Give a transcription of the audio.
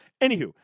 Anywho